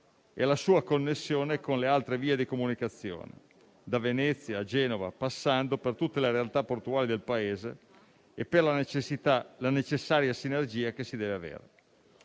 e sulla sua connessione con le altre vie di comunicazione, da Venezia a Genova, passando per tutte le realtà portuali del Paese e per la necessaria sinergia che si deve avere.